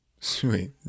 Sweet